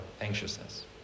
anxiousness